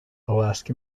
alaska